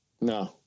No